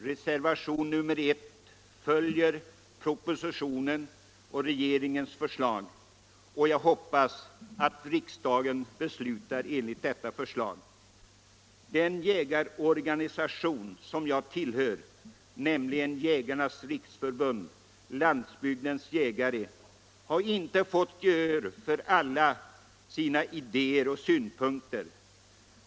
Reservationen 1 följer propositionen och regeringens förslag, och jag hoppas att riksdagen beslutar enligt detta förslag. Den jägarorganisation jag tillhör, Jägarnas riksförbund-Landsbygdens jägare, har inte vunnit gehör för alla sina idéer och synpunkter.